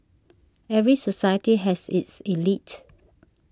every society has its elite